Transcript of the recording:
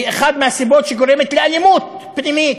היא אחת מהסיבות שגורמת לאלימות פנימית,